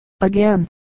again